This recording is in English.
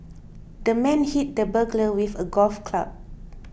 the man hit the burglar with a golf club